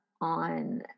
on